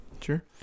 sure